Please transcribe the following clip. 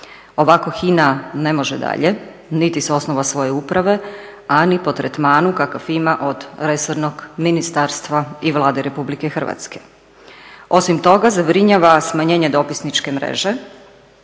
Ovako HINA ne može dalje, niti s osnova svoje uprave, a ni po tretmanu kakav ima od resornog ministarstva i Vlade RH. Osim toga zabrinjava smanjenje dopisničke mreže